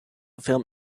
film